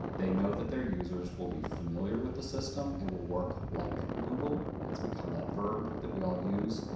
they know that their users will be familiar with the system. it will work like google. it's become that verb that we all use.